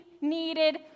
needed